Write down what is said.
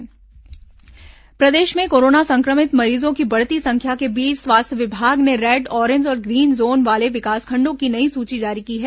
red orange zone प्रदेश में corona संक्रमित मरीजों की बढ़ती संख्या के बीच स्वास्थ्य विभाग ने रेड ऑरेंज और ग्रीन जोन वाले विकासखंडों की नई सूची जारी की है